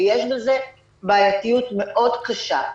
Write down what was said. ויש בזה בעייתיות מאוד קשה,